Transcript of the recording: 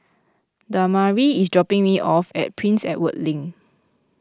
Damari is dropping me off at Prince Edward Link